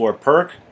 Perk